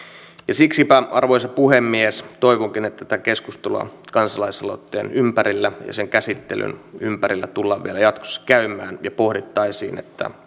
siksipä arvoisa puhemies toivonkin että tätä keskustelua kansalaisaloitteen ympärillä ja sen käsittelyn ympärillä tullaan vielä jatkossa käymään ja pohdittaisiin